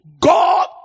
God